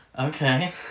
Okay